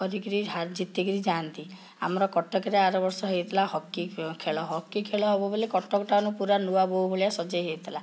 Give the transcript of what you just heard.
କରିକିରି ହାର ଜିତିକିରି ଯାଆନ୍ତି ଆମର କଟକରେ ଆରବର୍ଷ ହେଇଥିଲା ହକି ଖେଳ ହକି ଖେଳ ହେବ ବୋଲେ କଟକ ଟାଉନ୍ ପୁରା ନୂଆ ବୋହୂ ଭଳିଆ ସଜାଇ ହେଇଥିଲା